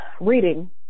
reading